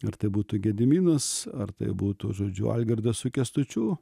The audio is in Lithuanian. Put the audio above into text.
ar tai būtų gediminas ar tai būtų žodžiu algirdas su kęstučiu